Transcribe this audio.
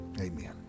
Amen